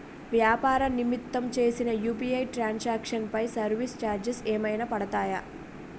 వ్యాపార నిమిత్తం చేసిన యు.పి.ఐ ట్రాన్ సాంక్షన్ పై సర్వీస్ చార్జెస్ ఏమైనా పడతాయా?